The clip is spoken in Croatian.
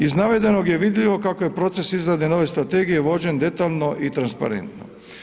Iz navedenog je vidljivo kako je proces izrade nove strategije vođen detaljno i transparentno.